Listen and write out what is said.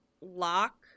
lock